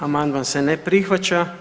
Amandman se ne prihvaća.